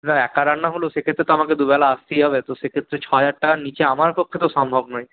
না একার রান্না হলেও সে ক্ষেত্রে তো আমাকে দু বেলা আসতেই হবে তো সে ক্ষেত্রে ছহাজার টাকার নিচে আমার পক্ষে তো সম্ভব নয়